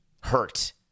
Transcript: hurt